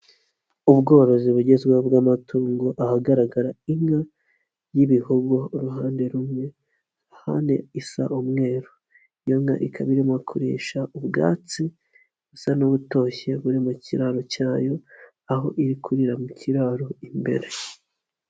Ubworozi bugezweho bw'amatungo, ahagaragarara inka y'ibihogo uruhande rumwe, ahandi isa umweru. Iyo nka ikaba irimo kurisha ubwatsi busa n'ubutoshye buri mu kiraro cyayo, aho iri kurira mu kiraro imbere.